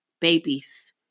babies